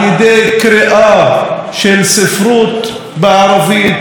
על ידי קריאה של ספרות בערבית,